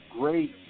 great